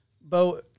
Bo